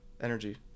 energy